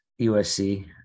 USC